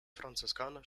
franziskaner